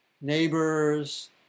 neighbors